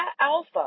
alpha